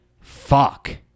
fuck